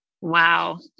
Wow